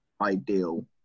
ideal